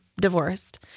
divorced